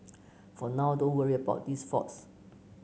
for now don't worry about these faults